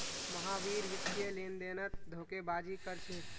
महावीर वित्तीय लेनदेनत धोखेबाजी कर छेक